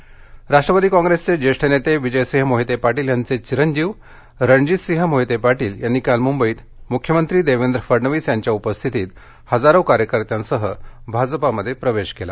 मोहिते पाटील राष्ट्रवादी कॉंग्रेसचे ज्येष्ठ नेते विजयसिंग मोहिते पाटील यांचे चिरंजीव रणजीतसिंह मोहिते पाटील यांनी काल मुंबईत मुख्यमंत्री देवेंद्र फडणवीस यांच्या उपस्थितीत हजारो कार्यकर्त्यासह भाजपामध्ये प्रवेश केला